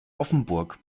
offenburg